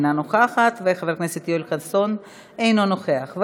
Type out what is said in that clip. אינה נוכחת,